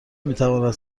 میتواند